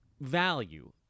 value